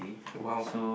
!wow!